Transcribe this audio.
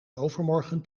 overmorgen